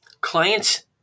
clients